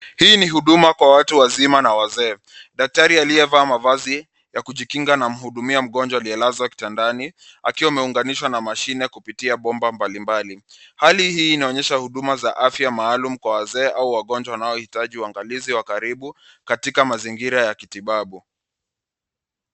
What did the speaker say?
Hii ni huduma kwa watu wazima na wazee. Daktari aliyevaa mavazi ya kujikinga anamhudumia mgonjwa aliyelazwa kitandani akiwa ameunganishwa na mashine kupitia bomba mbalimbali. Hali hii inaonyesha huduma za afya maalum kwa wazee au wagonjwa wanaoitaji uangalizi wa karibu katika mazingira ya kitibabu.